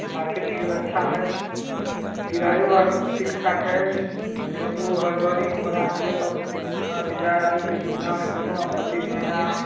market भी अच्छा हइ किराओ आओर ठीक ठाक हइ टेम्पू आओर गाड़ी घोड़ा ईसब अहाँके जाइ आबैके सुविधामे कोनो आपत्ति नहि हइ